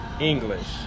English